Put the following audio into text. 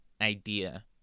idea